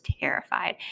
terrified